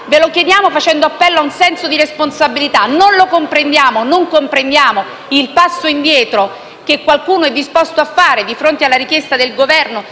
Ve lo chiediamo facendo appello al senso di responsabilità. Non comprendiamo il passo indietro che qualcuno è disposto a fare, di fronte alla richiesta del Governo